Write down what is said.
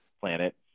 planet